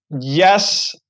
yes